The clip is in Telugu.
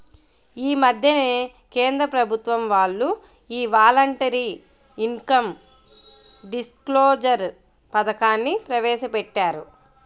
యీ మద్దెనే కేంద్ర ప్రభుత్వం వాళ్ళు యీ వాలంటరీ ఇన్కం డిస్క్లోజర్ పథకాన్ని ప్రవేశపెట్టారు